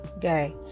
guy